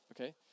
okay